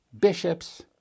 bishops